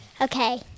Okay